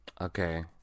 okay